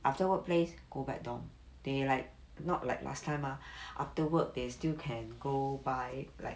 after workplace go back dormitory they like not like last time mah after work they still can go buy like